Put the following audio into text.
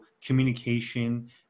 communication